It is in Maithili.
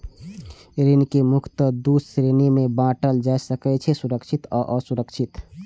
ऋण कें मुख्यतः दू श्रेणी मे बांटल जा सकै छै, सुरक्षित आ असुरक्षित